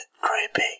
creepy